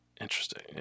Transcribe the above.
Interesting